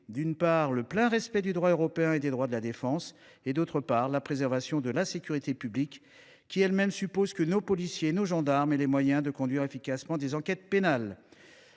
d’une part, le plein respect du droit européen et des droits de la défense et, d’autre part, la préservation de la sécurité publique, qui elle même suppose que nos policiers et nos gendarmes aient les moyens de conduire efficacement des enquêtes pénales.